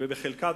ובחלקה,